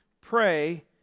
pray